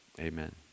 Amen